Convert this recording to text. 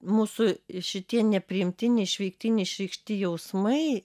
mūsų šitie nepriimti neišveikti neišreikšti jausmai